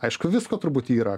aišku visko turbūt yra